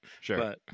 Sure